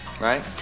right